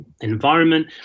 environment